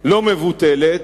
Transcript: לא מבוטלת,